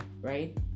right